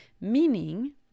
Meaning